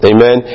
Amen